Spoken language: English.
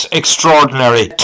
extraordinary